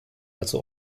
dazu